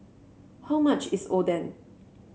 how much is Oden